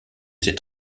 ces